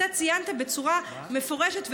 אתה ציינת בצורה מפורשת,